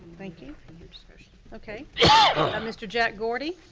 thank you, okay. yeah a mr. jack gordy,